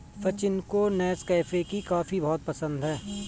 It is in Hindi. सचिन को नेस्कैफे की कॉफी बहुत पसंद है